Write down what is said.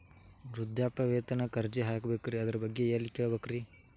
ವೃದ್ಧಾಪ್ಯವೇತನ ಅರ್ಜಿ ಹಾಕಬೇಕ್ರಿ ಅದರ ಬಗ್ಗೆ ಎಲ್ಲಿ ಕೇಳಬೇಕ್ರಿ?